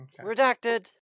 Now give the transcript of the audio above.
Redacted